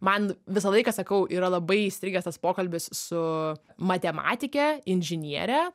man visą laiką sakau yra labai įstrigęs tas pokalbis su matematike inžiniere